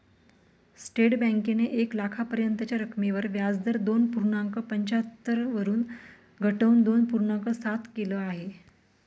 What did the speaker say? state बँकेने एक लाखापर्यंतच्या रकमेवर व्याजदर दोन पूर्णांक पंच्याहत्तर वरून घटवून दोन पूर्णांक सात केल आहे